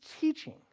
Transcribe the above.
teaching